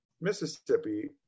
Mississippi